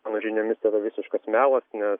mano žiniomis yra visiškas melas nes